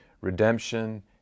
redemption